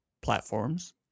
platforms